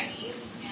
Chinese